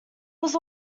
was